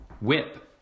whip